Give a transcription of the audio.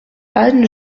anne